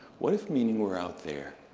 what if meaning were out there,